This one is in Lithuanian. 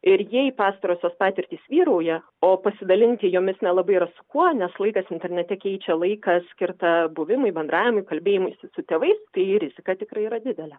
ir jei pastarosios patirtys vyrauja o pasidalinti jomis nelabai yra su kuo nes laikas internete keičia laiką skirtą buvimui bendravimui kalbėjimuisi su tėvais tai rizika tikrai yra didelė